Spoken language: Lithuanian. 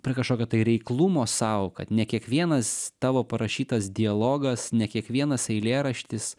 prie kašokio tai reiklumo sau kad ne kiekvienas tavo parašytas dialogas ne kiekvienas eilėraštis